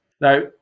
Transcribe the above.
Now